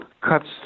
cuts